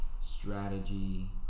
strategy